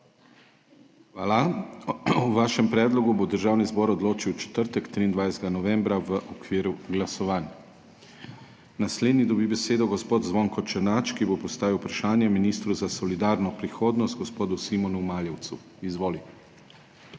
Hvala. O vašem predlogu bo Državni zbor odločil v četrtek, 23. novembra, v okviru glasovanj. Naslednja dobi besedo gospa Alenka Helbl, ki bo postavila vprašanje ministru za solidarno prihodnost, gospodu Simonu Maljevcu. Izvoli.